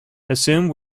assume